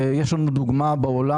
ויש לנו דוגמה מהעולם.